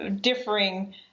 differing